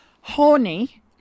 horny